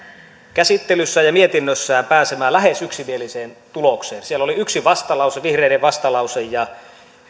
käsittelyssä ja mietinnössään pääsemään lähes yksimieliseen tulokseen siellä oli yksi vastalause vihreiden vastalause ja